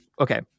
okay